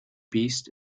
beast